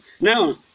Now